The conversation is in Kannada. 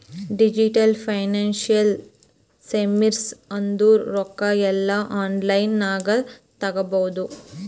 ಡಿಜಿಟಲ್ ಫೈನಾನ್ಸಿಯಲ್ ಸರ್ವೀಸ್ ಅಂದುರ್ ರೊಕ್ಕಾ ಎಲ್ಲಾ ಆನ್ಲೈನ್ ನಾಗೆ ತಗೋಬೋದು